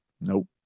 Nope